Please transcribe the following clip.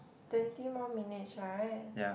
twenty more minutes right